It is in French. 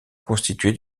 constitués